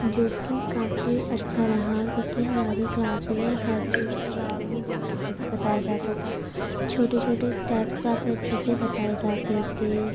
جوکہ کافی اچھا رہا کیونکہ ہماری کلاس میں ہر چیز کے بارے میں بہت اچھے سے بتایا جاتا تھا چھوٹے چھوٹے اسٹیپس کافی اچھے سے بتائے جاتے تھے